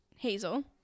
Hazel